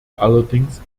allerdings